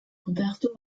roberto